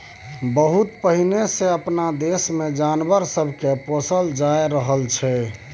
बहुत पहिने सँ अपना देश मे जानवर सब के पोसल जा रहल छै